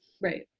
Right